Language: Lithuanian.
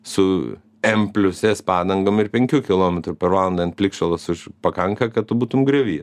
su m plius s padangom ir penkių kilometrų per valandą ant plikšalos už pakanka kad tu būtum griovy